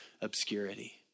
obscurity